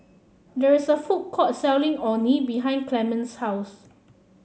there is a food court selling Orh Nee behind Clemens' house